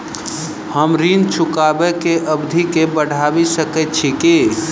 हम ऋण चुकाबै केँ अवधि केँ बढ़ाबी सकैत छी की?